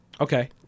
Okay